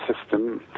system